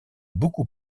beaucoup